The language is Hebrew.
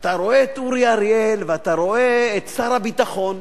אתה רואה את אורי אריאל ואתה רואה את שר הביטחון,